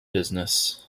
business